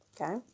Okay